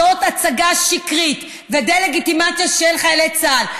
זאת הצגה שקרית ודה-לגיטימציה של חיילי צה"ל,